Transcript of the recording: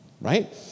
right